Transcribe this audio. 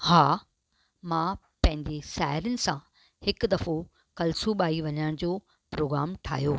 हा मां पंहिंजनि साहिड़ियुनि सां हिक दफ़ो कलसूबाई वञण जो प्रोग्राम ठाहियो